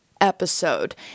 episode